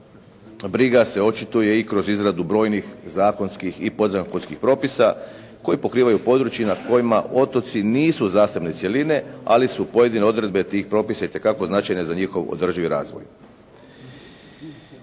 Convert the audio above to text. briga se očituje i kroz izradu brojnih zakonskih i podzakonskih propisa koji pokrivaju područja na kojima otoci nisu zasebne cjeline, ali su pojedine odredbe tih propisa itekako značajne za njihov održiv razvoj.